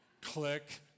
Click